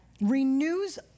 renews